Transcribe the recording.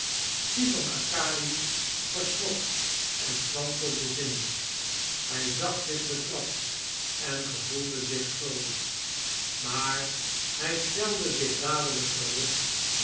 stipan arkadiewitsch verschrok en kwam tot bezinning hij zag zich betrapt en gevoelde zich schuldig maar hij stelde zich dadelijk gerust